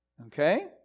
Okay